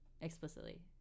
Explicitly